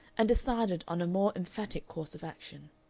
and decided on a more emphatic course of action.